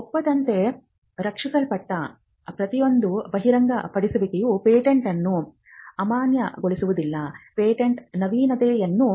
ಒಪ್ಪಂದದಿಂದ ರಕ್ಷಿಸಲ್ಪಟ್ಟ ಪ್ರತಿಯೊಂದು ಬಹಿರಂಗಪಡಿಸುವಿಕೆಯು ಪೇಟೆಂಟ್ ಅನ್ನು ಅಮಾನ್ಯಗೊಳಿಸುವುದಿಲ್ಲ ಪೇಟೆಂಟ್ ನವೀನತೆಯನ್ನು